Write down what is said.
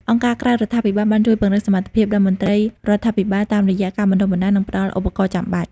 អង្គការក្រៅរដ្ឋាភិបាលបានជួយពង្រឹងសមត្ថភាពដល់មន្ត្រីរដ្ឋាភិបាលតាមរយៈការបណ្តុះបណ្តាល និងផ្តល់ឧបករណ៍ចាំបាច់។